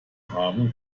haben